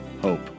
hope